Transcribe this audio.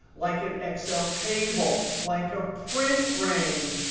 like an excel table, like a print range,